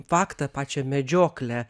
faktą pačią medžioklę